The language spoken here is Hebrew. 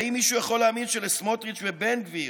האם מישהו יכול להאמין שלסמוטריץ' ובן גביר,